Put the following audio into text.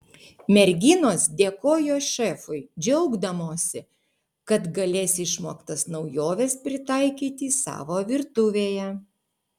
merginos dėkojo šefui džiaugdamosi kad galės išmoktas naujoves pritaikyti savo virtuvėje